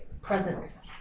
presence